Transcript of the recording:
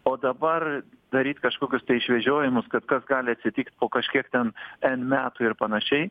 o dabar daryt kažkokius tai išvedžiojimus kad kas gali atsitikt po kažkiek ten n metų ir panašiai